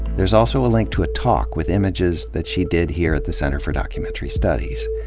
there's also a link to a talk, with images, that she did here at the center for documentary studies.